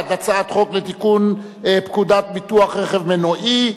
הצעת חוק לתיקון פקודת ביטוח רכב מנועי,